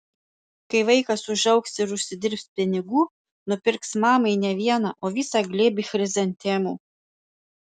kai vaikas užaugs ir užsidirbs pinigų nupirks mamai ne vieną o visą glėbį chrizantemų